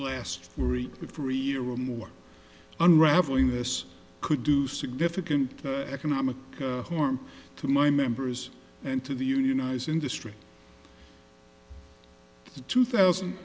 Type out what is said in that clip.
last week but for a year or more unraveling this could do significant economic harm to my members and to the unionized industry two thousand